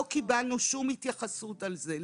לא קבלנו שום התייחסות על זה,